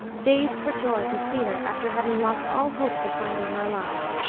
dazed for joy to see her after having lost all hopes of finding her alive